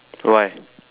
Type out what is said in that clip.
why